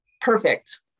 perfect